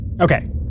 Okay